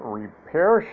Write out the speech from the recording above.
repair